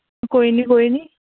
कोई निं कोई निं